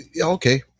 okay